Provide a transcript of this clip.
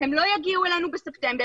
הם לא יגיעו אלינו בספטמבר,